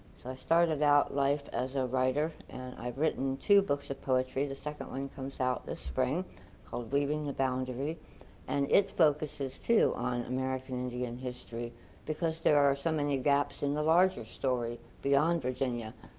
so i started out life as a writer and i've written two books of poetry. the second one comes out this spring called, weaving the boundary and it focuses too on american indian history because there are so many gaps in the larger story beyond virginia